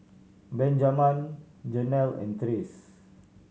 Benjaman Janel and Trace